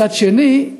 מצד שני,